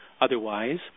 otherwise